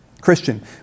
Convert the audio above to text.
Christian